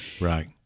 Right